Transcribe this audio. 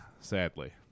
Sadly